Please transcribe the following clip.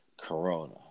Corona